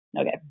okay